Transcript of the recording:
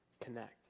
connect